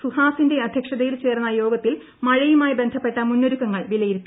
സുഹാസിന്റെ അധ്യക്ഷതയിൽ ചേർന്ന യോഗത്തിൽ മഴയുമായി ബന്ധപ്പെട്ട മുന്നൊരുക്കങ്ങൾ വിലയിരുത്തി